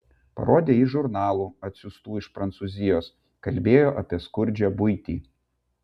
parodė jis žurnalų atsiųstų iš prancūzijos kalbėjo apie skurdžią buitį